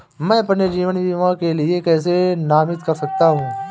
मैं अपने जीवन बीमा के लिए किसे नामित कर सकता हूं?